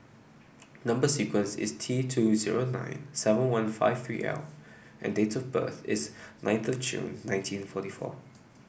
number sequence is T two zero nine seven one five three L and date of birth is nine of June nineteen forty four